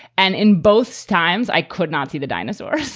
and in both times i could not see the dinosaur.